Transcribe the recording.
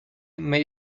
made